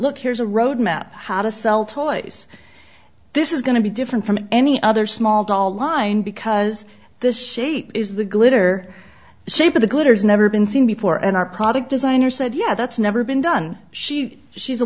look here's a roadmap how to sell toys this is going to be different from any other small doll line because this shape is the glitter shape of the glitter is never been seen before and our product designer said yeah that's never been done she she's a